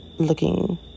looking